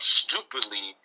stupidly